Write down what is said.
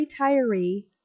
retiree